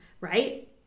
right